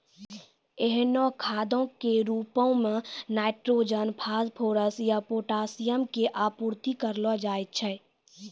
एहनो खादो के रुपो मे नाइट्रोजन, फास्फोरस या पोटाशियम के आपूर्ति करलो जाय छै